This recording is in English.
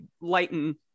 lighten